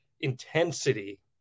intensity